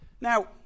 Now